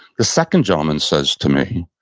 the second gentleman says to me,